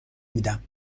میدم